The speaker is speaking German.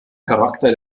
charakter